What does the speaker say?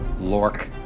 Lork